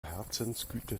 herzensgüte